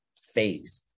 phase